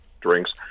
drinks